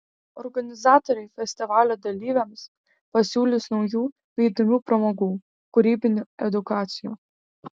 organizatoriai festivalio dalyviams pasiūlys naujų bei įdomių pramogų kūrybinių edukacijų